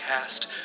cast